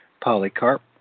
Polycarp